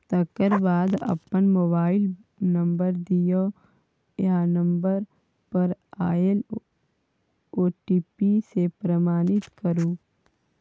तकर बाद अपन मोबाइल नंबर दियौ आ नंबर पर आएल ओ.टी.पी सँ प्रमाणित करु